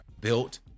built